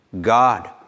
God